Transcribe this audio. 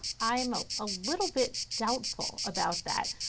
i am a ah little bit doubtful about that.